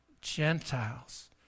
Gentiles